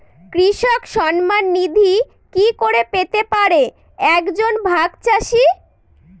কৃষক সন্মান নিধি কি করে পেতে পারে এক জন ভাগ চাষি?